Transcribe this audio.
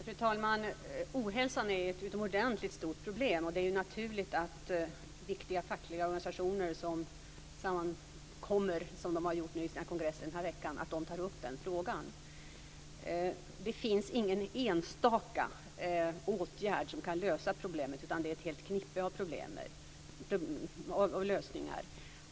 Fru talman! Ohälsan är ett utomordentligt stort problem, och det är naturligt att viktiga fackliga organisationer tar upp frågan, som de har gjort på sina kongresser den här veckan. Det finns ingen enstaka åtgärd som kan lösa problemet, utan det behövs ett helt knippe av lösningar.